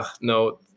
no